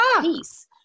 peace